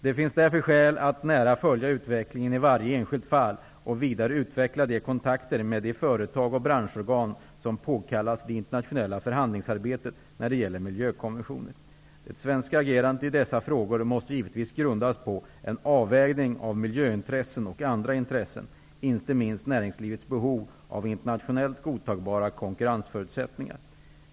Det finns därför skäl att nära följa utvecklingen i varje enskilt fall och vidare utveckla de kontakter med företag och branschorgan som påkallas i det internationella förhandlingsarbetet när det gäller miljökonventioner. Det svenska agerandet i dessa frågor måste givetvis grundas på en avvägning av miljöintressen och andra intressen, inte minst näringslivets behov av internationellt godtagbara konkurrensförutsättningar.